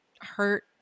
hurt